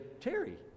Terry